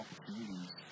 opportunities